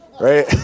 right